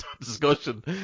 discussion